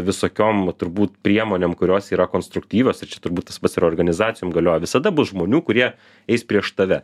visokiom turbūt priemonėm kurios yra konstruktyvios ir čia turbūt tas pats ir organizacijom galioja visada bus žmonių kurie eis prieš tave